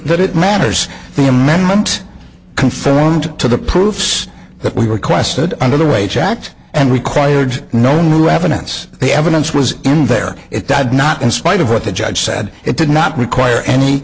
that it matters the amendment conformed to the proofs that we requested under the wage act and required no new evidence the evidence was in there it did not in spite of what the judge said it did not require any